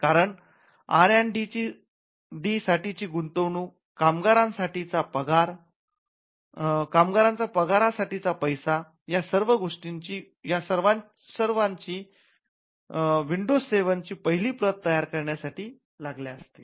कारण R and D साठीची गुंतवणूक कामगारांचा पगारासाठी चा पैसा या सर्वांची गोष्टी विंडोज सेवन ची पहिली प्रत तयार करण्यासाठी लागल्या असतील